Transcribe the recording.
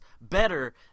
better